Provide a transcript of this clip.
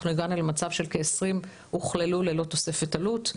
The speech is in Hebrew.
אנחנו הגענו למצב של כ-20 הוכללו ללא תוספת עלות.